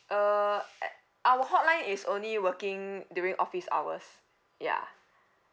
uh eh our hotline is only working during office hours yeah